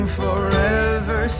forever